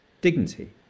dignity